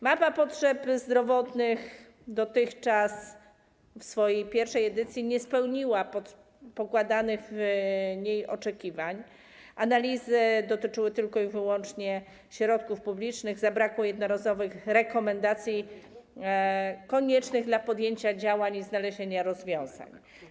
Mapa potrzeb zdrowotnych dotychczas w swojej pierwszej edycji nie spełniła pokładanych w niej oczekiwań, analizy dotyczyły tylko i wyłącznie środków publicznych, zabrakło jednorazowych rekomendacji koniecznych do podjęcia działań i znalezienia rozwiązań.